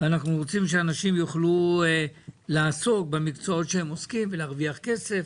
אנחנו רוצים שאנשים יוכלו לעסוק במקצועות שהם עוסקים בהם ולהרוויח כסף